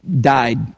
died